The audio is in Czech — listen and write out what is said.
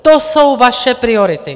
To jsou vaše priority!